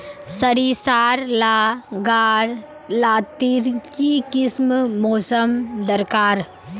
सरिसार ला गार लात्तिर की किसम मौसम दरकार?